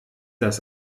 das